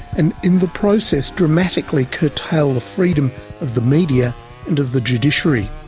and in the process dramatically curtail the freedom of the media and of the judiciary.